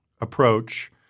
approach